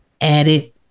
added